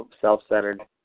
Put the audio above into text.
self-centered